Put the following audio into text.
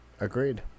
Agreed